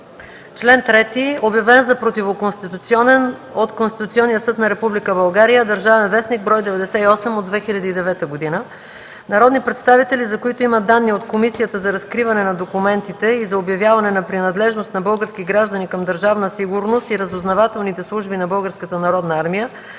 „Чл. 3. (Обявен за противоконституционен от Конституционния съд на Република България, ДВ, бр. 98 от 2009 г.) Народни представители, за които има данни от Комисията за разкриване на документи и за обявяване на принадлежност на български граждани към Държавна сигурност и разузнавателните служби на